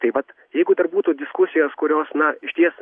tai vat jeigu dar būtų diskusijos kurios na išties